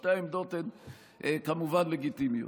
שתי העמדות הן כמובן לגיטימיות.